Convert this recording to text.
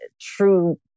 true